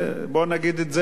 ונגיד את האמת,